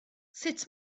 sut